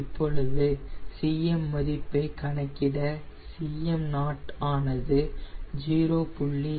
இப்பொழுது Cm மதிப்பை கணக்கிட Cm0 ஆனது 0